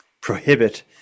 prohibit